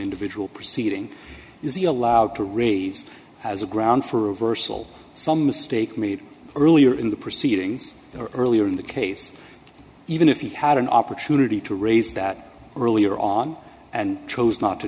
individual proceeding is he allowed to raise as a ground for versal some mistake made earlier in the proceedings or earlier in the case even if he had an opportunity to raise that earlier on and chose not to